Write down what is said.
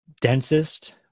densest